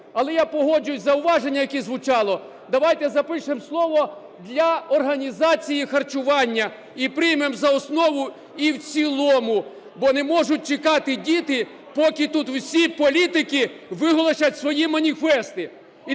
Але я погоджуюсь з зауваженням, яке звучало. Давайте запишемо слово "для організації харчування" і приймемо за основу і в цілому, бо не можуть чекати діти, поки тут всі політики виголосять свої маніфести.